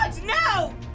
no